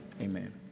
Amen